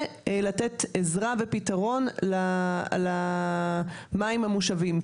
בנוסף לתת עזרה ופתרון למים המושבים.